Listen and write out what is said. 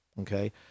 okay